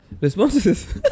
responses